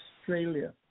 Australia